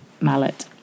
mallet